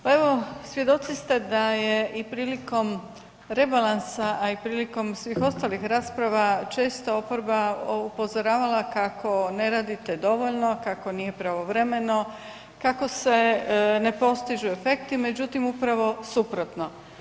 Pa evo svjedoci ste da je i prilikom rebalansa, a i prilikom svih ostalih rasprava često oporba upozoravala kako ne radite dovoljno, kako nije pravovremeno, kako se ne postižu efekti, međutim upravo suprotno.